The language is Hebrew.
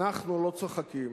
אנחנו לא צוחקים,